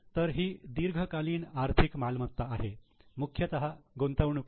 तर ही दीर्घकालीन आर्थिक मालमत्ता आहे मुख्यतः गुंतवणुकी